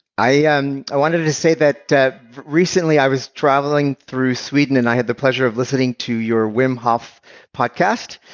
i ah um i wanted to say that that recently i was traveling through sweden and i had the pleasure of listening to your wim hof podcast,